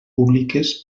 públiques